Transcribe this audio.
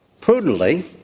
Prudently